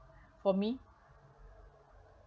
for me